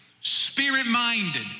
spirit-minded